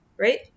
right